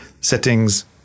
Settings